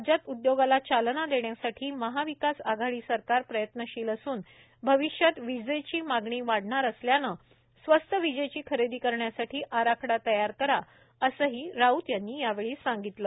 राज्यात उदयोगाला चालना देण्यासाठी महाविकास आघाडी सरकार प्रयत्नशील असून भविष्यात विजेची मागणी वाढणार असल्याने स्वस्त वीजेची खरेदी करण्यासाठी आराखडा तयार करा असेही निर्देश त्यांनी यावेळी दिले